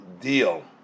deal